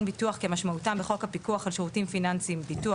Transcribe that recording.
ביטוח כמשמעותם בחוק הפיקוח על שירותים פיננסיים (ביטוח),